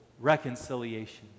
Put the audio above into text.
reconciliation